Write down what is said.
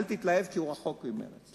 אל תתלהב, כי הוא רחוק ממרצ.